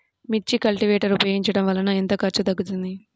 మిర్చి కల్టీవేటర్ ఉపయోగించటం వలన ఎంత ఖర్చు తగ్గుతుంది?